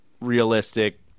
realistic